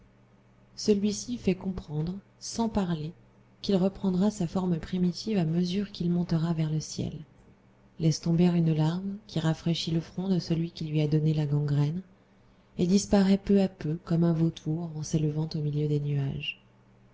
celui-ci lui fait comprendre sans parler qu'il reprendra sa forme primitive à mesure qu'il montera vers le ciel laisse tomber une larme qui rafraîchit le front de celui qui lui a donné la gangrène et disparaît peu à peu comme un vautour en s'élevant au milieu des nuages